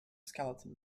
skeleton